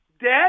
Dead